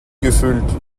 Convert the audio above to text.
gefüllt